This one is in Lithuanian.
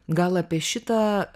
gal apie šitą